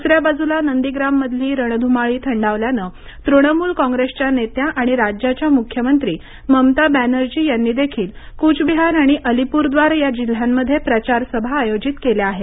दुसऱ्या बाजूला नंदीग्राममधली रणधुमाळी थंडावल्यानं तृणमूल कॉंग्रेसच्या नेत्या आणि राज्याच्या मुख्यमंत्री ममता बॅनर्जी यांनी देखील कुचबिहार आणि अलीपूरद्वार या जिल्ह्यांमध्ये प्रचार सभा आयोजित केल्या आहेत